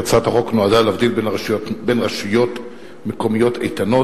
הצעת החוק נועדה להבדיל בין רשויות מקומיות איתנות,